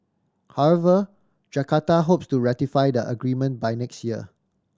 however Jakarta hopes to ratify the agreement by next year